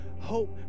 hope